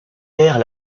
pères